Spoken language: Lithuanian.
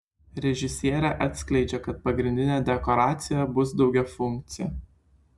režisierė atskleidžia kad pagrindinė dekoracija bus daugiafunkcė